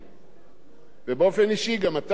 כשאתה יושב פה כסגן יושב-ראש הכנסת,